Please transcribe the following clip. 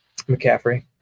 McCaffrey